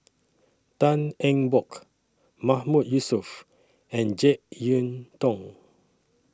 Tan Eng Bock Mahmood Yusof and Jek Yeun Thong